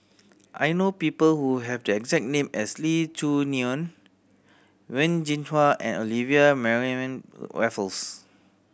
I know people who have the exact name as Lee Choo Neo Wen Jinhua and Olivia Mariamne Raffles